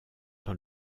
dans